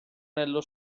nello